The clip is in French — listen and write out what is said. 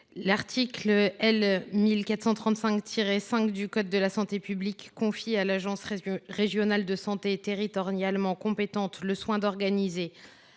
L’article L. 1435 5 du code de la santé publique confie à l’agence régionale de santé territorialement compétente le soin d’organiser,